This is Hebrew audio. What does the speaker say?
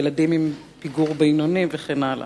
ילדים עם פיגור בינוני וכן הלאה.